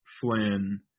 Flynn